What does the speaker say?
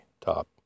top